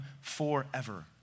forever